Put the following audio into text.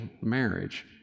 marriage